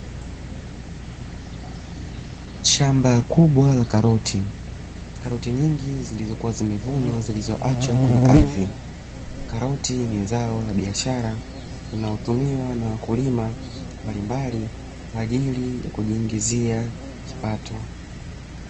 Shamba kubwa la karoti, karoti nyingi zilizokuwa zimevunwa zilizoachwa kwenye ardhi. Karoti ni zao la biashara linalotumiwa na wakulima mbalimbali kwa ajili ya kujiingizia kipato.